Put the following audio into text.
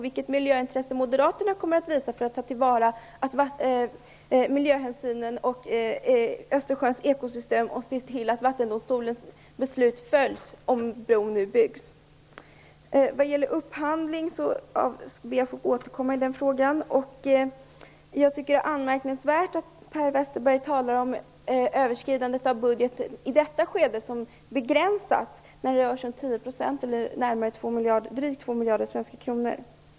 Vilket miljöintresse kommer Moderaterna att visa för att se till att miljöhänsyn tas till Östersjöns ekosystem och att Vattendomstolens beslut följs, om bron nu byggs? Vad gäller upphandling ber jag att få återkomma till den frågan. Det är anmärkningsvärt att Per Westerberg talar om överskridandet av budgeten i detta skede som begränsat. Det rör sig om 10 %, eller drygt 2 miljarder svenska kronor.